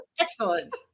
Excellent